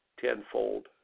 tenfold